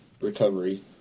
recovery